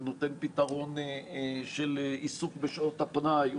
נותן פתרון של עיסוק בשעות הפנאי,